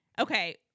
Okay